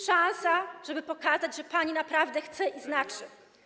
szansa, żeby pokazać, że pani naprawdę chce i coś znaczy.